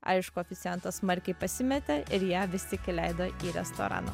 aišku oficiantas smarkiai pasimetė ir ją vis tik įleido į restoraną